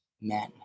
men